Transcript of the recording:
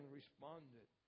responded